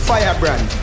Firebrand